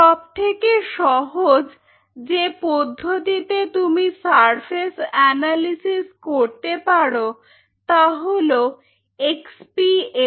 সবথেকে সহজ যে পদ্ধতিতে তুমি সারফেস অ্যানালিসিস করতে পারো তা হলো এক্স পি এস